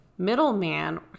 middleman